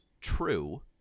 true